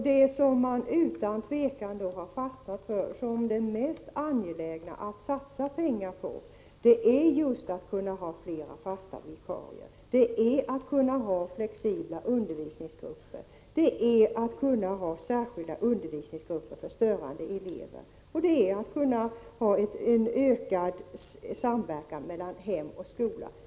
Det man utan tvekan har fastnat för som det mest angelägna att satsa pengar på är just att kunna ha flera fasta vikarier, att kunna ha flexibla undervisningsgrupper, att kunna ha särskilda undervisningsgrupper för störande elever och att kunna ha en ökad samverkan mellan hem och skola.